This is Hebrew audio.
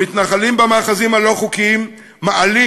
המתנחלים במאחזים הלא-חוקיים מעלים